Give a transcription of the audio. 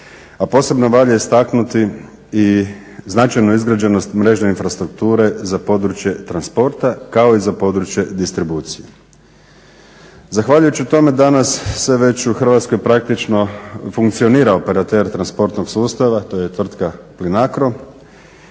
a posebno valja istaknuti i značajnu izgrađenost mrežne infrastrukture za područje transporta kao i za područje distribucije. Zahvaljujući tome danas se već u Hrvatskoj praktično funkcionira operater transportnog sustava, to je tvrtka PLINACRO